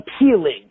appealing